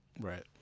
Right